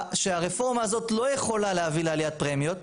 שהרפורמה הזאת לא יכולה להביא לעליית פרמיות.